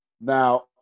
Now